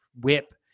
whip